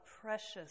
precious